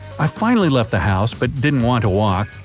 i finally left the house but didn't want to walk,